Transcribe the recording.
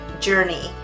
journey